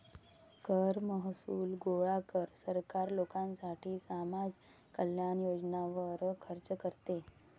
कर महसूल गोळा कर, सरकार लोकांसाठी समाज कल्याण योजनांवर खर्च करते